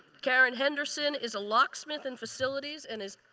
karen henderson is a locksmith in facilities and is